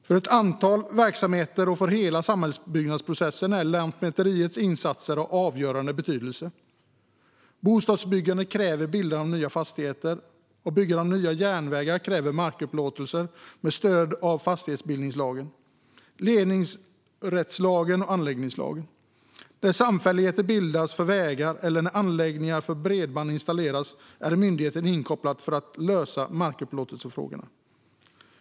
För ett antal verksamheter och för hela samhällsbyggnadsprocessen är Lantmäteriets insatser av avgörande betydelse. Bostadsbyggandet kräver bildande av nya fastigheter, och byggandet av nya järnvägar kräver markupplåtelser med stöd av fastighetsbildningslagen, ledningsrättslagen och anläggningslagen. När samfälligheter bildas för vägar eller när anläggningar för bredband installeras är myndigheten inkopplad för att lösa markupplåtelsefrågorna.